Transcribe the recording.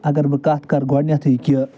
اَگر بہٕ کَتھ کَرٕ گۄڈٕنٮ۪تھٕے کہِ